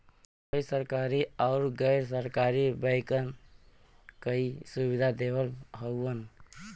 कई सरकरी आउर गैर सरकारी बैंकन कई सुविधा देवत हउवन